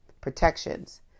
protections